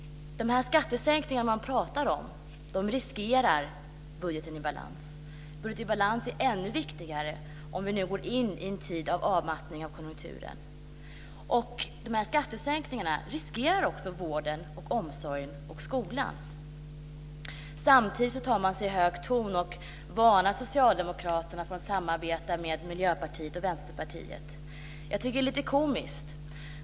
De skattesänkningar de talar om riskerar en budget i balans. En budget i balans är ännu viktigare om vi nu går in i en tid av avmattning av konjunkturen. Dessa skattesänkningar riskerar också vården, omsorgen och skolan. Samtidigt tar de borgerliga partierna sig hög ton och varnar Socialdemokraterna för att samarbeta med Miljöpartiet och Vänsterpartiet. Jag tycker att det är lite komiskt.